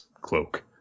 cloak